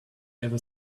ever